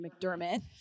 McDermott